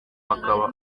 akaba